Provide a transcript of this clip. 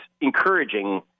encouraging